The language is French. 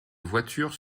voitures